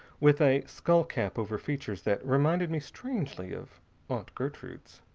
with a skullcap over features that reminded me strangely of aunt gertrude's.